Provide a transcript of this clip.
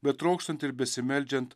bet trokštant ir besimeldžiant